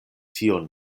tion